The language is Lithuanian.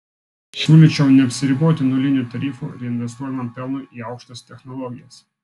siūlyčiau neapsiriboti nuliniu tarifu reinvestuojamam pelnui į aukštas technologijas